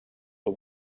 the